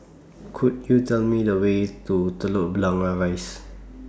Could YOU Tell Me The Way to Telok Blangah Rise